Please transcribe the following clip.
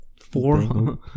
Four